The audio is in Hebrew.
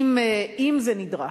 אם זה נדרש.